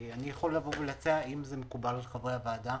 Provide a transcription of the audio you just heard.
אני יכול להציע, אם זה מקובל על חברי הוועדה,